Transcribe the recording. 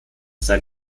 sein